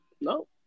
No